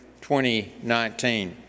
2019